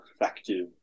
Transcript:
effective